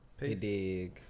peace